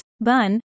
BUN